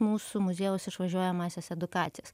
mūsų muziejaus išvažiuojamąsias edukacijas